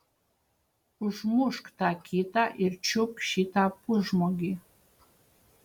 užmušk tą kitą ir čiupk šitą pusžmogį